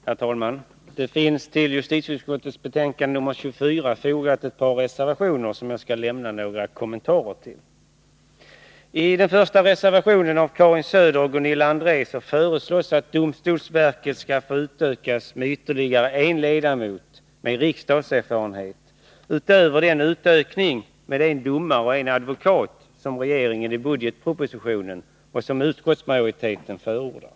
Herr talman! Till justitieutskottets betänkande nr 24 är fogade ett par reservationer, som jag skall lämna några kommentarer till. I reservation nr 1 av Karin Söder och Gunilla André föreslås att domstolsverket skall utökas med ytterligare en ledamot med riksdagserfarenhet utöver den utökning med en domare och en advokat som regeringen föreslår i budgetpropositionen och som också utskottsmajoriteten förordar.